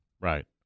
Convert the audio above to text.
Right